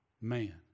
man